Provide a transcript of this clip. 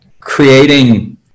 creating